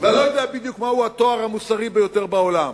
ואני לא יודע בדיוק מהו התואר "המוסרי ביותר בעולם",